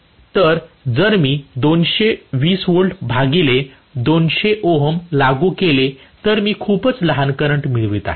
तर जर मी 220 व्होल्ट भागिले 200 ओहम लागू केले तर मी खूपच लहान करंट मिळवित आहे